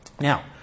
Now